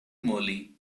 moly